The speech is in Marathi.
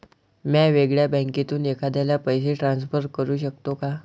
म्या वेगळ्या बँकेतून एखाद्याला पैसे ट्रान्सफर करू शकतो का?